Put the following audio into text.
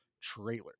trailer